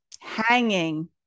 hanging